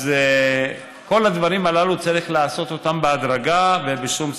אז את כל הדברים הללו צריך לעשות בהדרגה ובשום שכל.